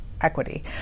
equity